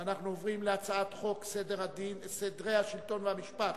ואנחנו עוברים להצעת חוק סדרי השלטון והמשפט